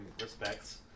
respects